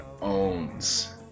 owns